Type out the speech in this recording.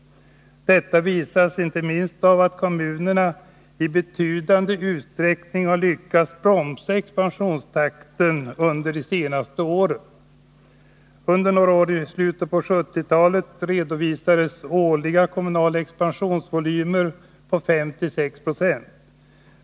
Det visas inte minst av att kommunerna i betydande utsträckning har lyckats bromsa expansionstakten de senaste åren. Under några år i slutet på 1970-talet redovisades årliga kommunala expansionsvolymer på 5-6 20.